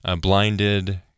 Blinded